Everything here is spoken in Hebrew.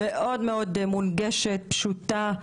מונגשת מאוד ופשוטה.